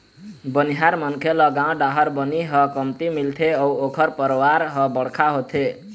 बनिहार मनखे ल गाँव डाहर बनी ह कमती मिलथे अउ ओखर परवार ह बड़का होथे